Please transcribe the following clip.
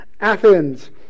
Athens